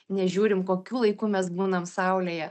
nežiūrim kokiu laiku mes būnam saulėje